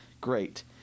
Great